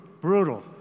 brutal